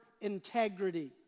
integrity